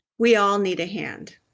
we all need a hand.